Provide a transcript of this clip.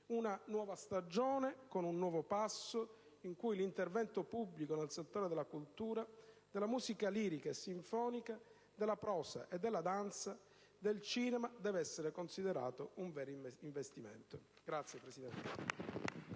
la nuova stagione deve avere un nuovo passo in cui l'intervento pubblico nel settore della cultura, della musica lirica e sinfonica, della prosa, della danza, del cinema deve essere considerato un vero investimento. *(Applausi